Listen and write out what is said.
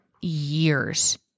years